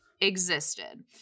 existed